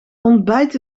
ontbijt